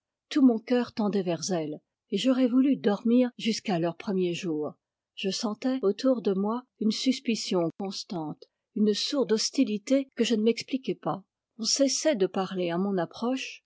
tout mon cœur tendait vers elles et j'aurais voulu dormir jusqu'à leur premier jour je sentais autour de moi une suspicion constante une sourde hostilité que je ne m'expliquais pas on cessait de parler à mon approche